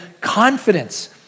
confidence